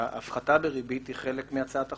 הפחתה בריבית היא חלק מהצעת החוק.